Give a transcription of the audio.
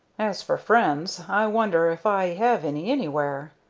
as for friends, i wonder if i have any anywhere.